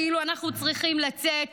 כאילו אנחנו צריכים לצאת